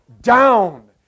down